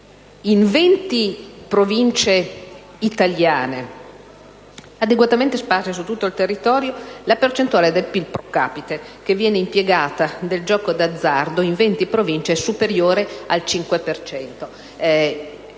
In 20 Province italiane, adeguatamente sparse su tutto il territorio, la percentuale di PIL *pro capite* impiegata nel gioco d'azzardo è superiore al 5